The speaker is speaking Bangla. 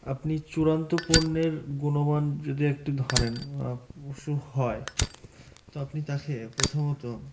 আপনি চূড়ান্ত পণ্যের গুণমান যদি একটি ধরুন বা পশু হয় তো আপনি তাকে প্রথমত